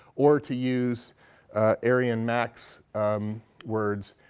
or to use arien mack's words,